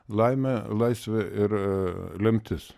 laimė laisvė ir lemtis